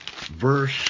verse